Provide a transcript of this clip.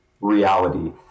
reality